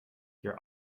your